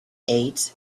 ate